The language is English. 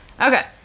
Okay